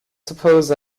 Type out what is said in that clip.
suppose